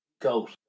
goat